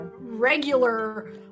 regular